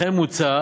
כן מוצע